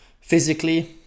physically